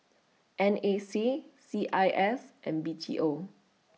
N A C C I S and B T O